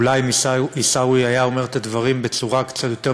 ואולי אם עיסאווי היה אומר את הדברים בצורה קצת יותר